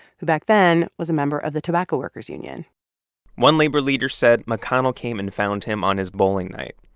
who back then was a member of the tobacco workers union one labor leader said mcconnell came and found him on his bowling night.